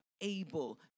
able